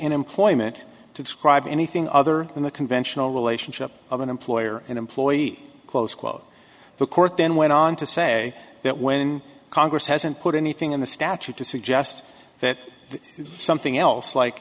and employment to describe anything other than the conventional relationship of an employer and employee close quote the court then went on to say that when congress hasn't put anything in the statute to suggest that something else like